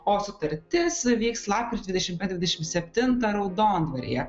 o sutartis įvyks lapkričio dvidešim dvidešim septintą raudondvaryje